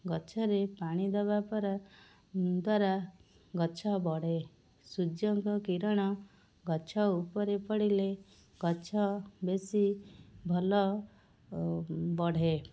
ଗଛରେ ପାଣି ଦେବା ପରେ ଦ୍ୱାରା ଗଛ ବଢ଼େ ସୂର୍ଯ୍ୟଙ୍କ କିରଣ ଗଛ ଉପରେ ପଡ଼ିଲେ ଗଛ ବେଶି ଭଲ ବଢ଼େ